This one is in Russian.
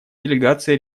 делегация